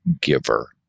giver